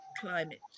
climate